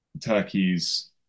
Turkey's